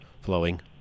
flowing